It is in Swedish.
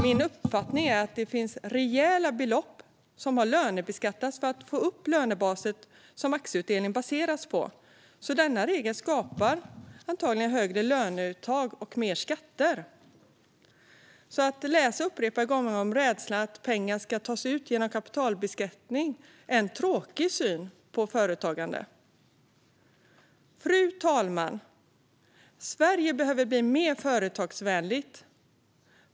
Min uppfattning är att det finns rejäla belopp som har lönebeskattats för att få upp lönebasen som aktieutdelningen baseras på. Denna regel skapar antagligen högre löneuttag och mer skatter. När man upprepade gånger läser om rädslan för att pengar ska tas ut genom kapitalbeskattning ser man en tråkig syn på företagande. Fru talman! Sverige behöver bli mer företagsvänligt.